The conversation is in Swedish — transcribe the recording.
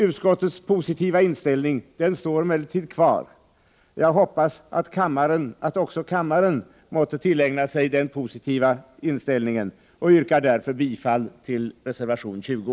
Utskottets positiva inställning står emellertid kvar. Jag hoppas att också kammaren måtte tillägna sig den positiva inställningen och yrkar därför bifall till reservation 20.